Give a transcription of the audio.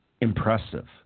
impressive